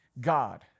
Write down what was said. God